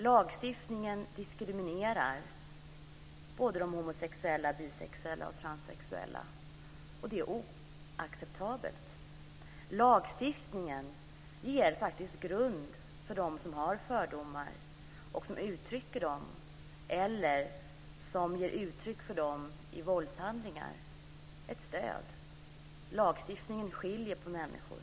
Lagstiftningen diskriminerar både homosexuella, bisexuella och transsexuella. Det är oacceptabelt. Lagstiftningen ger faktiskt en grund för dem som har fördomar eller som ger uttryck för dem i våldshandlingar. Lagstiftningen skiljer på människor.